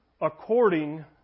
according